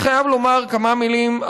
אני חייב לומר כמה מילים,